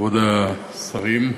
כבוד השרים,